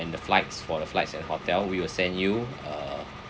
and the flights for the flights and hotel we will send you uh